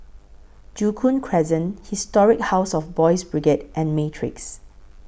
Joo Koon Crescent Historic House of Boys' Brigade and Matrix